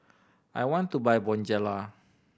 I want to buy Bonjela